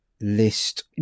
list